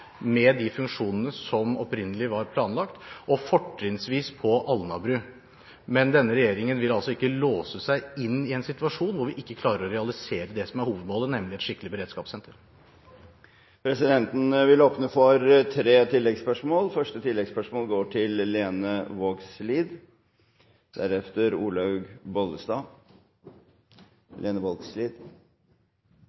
med de funksjonene som opprinnelig var planlagt, og fortrinnsvis på Alnabru. Men denne regjeringen vil altså ikke låse seg i en situasjon hvor vi ikke klarer å realisere det som er hovedmålet, nemlig et skikkelig beredskapssenter. Presidenten vil åpne for tre oppfølgingsspørsmål – først fra Lene Vågslid.